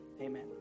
amen